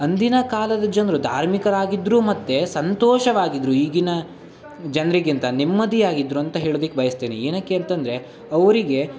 ಅಂದಿನ ಕಾಲದ ಜನರು ಧಾರ್ಮಿಕರಾಗಿದ್ದರು ಮತ್ತು ಸಂತೋಷವಾಗಿದ್ದರು ಈಗಿನ ಜನರಿಗಿಂತ ನೆಮ್ಮದಿಯಾಗಿದ್ದರು ಅಂತ ಹೇಳೋದಕ್ಕೆ ಬಯಸ್ತೇನೆ ಏನಕ್ಕೆ ಅಂತಂದರೆ ಅವರಿಗೆ